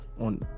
on